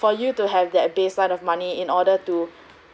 for you to have that baseline of money in order to